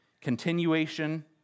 continuation